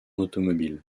automobiles